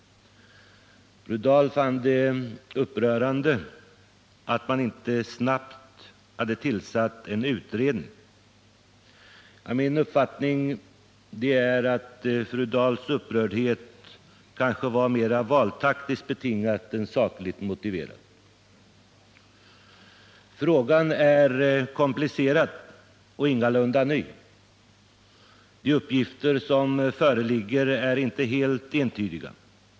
Fru Dahl fann det upprörande att man inte snabbt hade tillsatt en utredning. Min uppfattning är att fru Dahls upprördhet kanske mera var valtaktiskt betingad än sakligt motiverad. Frågan är komplicerad och ingalunda ny. Och de uppgifter som föreligger är inte helt entydiga.